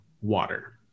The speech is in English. water